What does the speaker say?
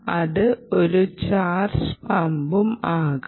ഇത് ഒരു ചാർജ് പമ്പും ആകാം